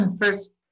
first